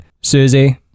susie